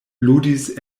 ludis